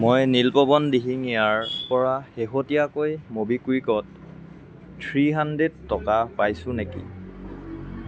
মই নীলপৱন দিহিঙীয়াৰ পৰা শেহতীয়াকৈ ম'বিকুইকত থ্ৰী হাণ্ড্ৰেড টকা পাইছোঁ নেকি